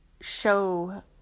show